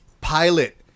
pilot